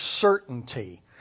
certainty